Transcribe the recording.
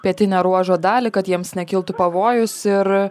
pietinę ruožo dalį kad jiems nekiltų pavojus ir